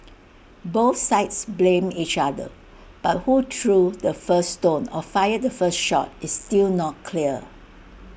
both sides blamed each other but who threw the first stone or fired the first shot is still not clear